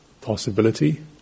possibility